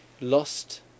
lost